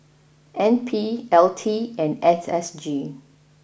N P L T and S S G